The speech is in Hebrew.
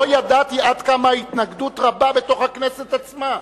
לא ידעתי עד כמה ההתנגדות רבה בתוך הכנסת עצמה,